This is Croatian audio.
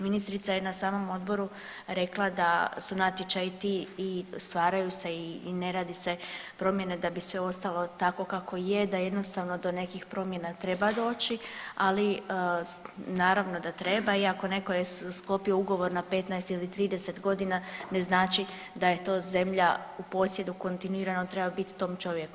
Ministrica je na samom odboru rekla da su natječaji ti i stvaraju se i ne radi se promjene da bi sve ostalo tako kako je, da jednostavno do nekih promjena treba doći, ali naravno da treba i ako netko je sklopio ugovor na 15 ili 30 godina ne znači da je to zemlja u posjedu kontinuirano treba biti tom čovjeku.